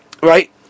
right